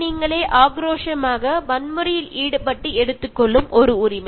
പക്ഷേ ഇത് ശരിക്കും പ്രകൃതിയോട് ചെയ്യുന്ന അനീതിയാണ്